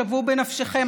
שוו בנפשכם,